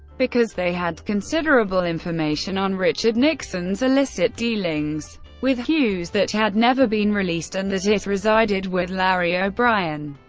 because they had considerable information on richard nixon's illicit dealings with hughes that had never been released, and that it resided with larry o'brien.